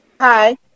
Hi